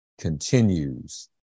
continues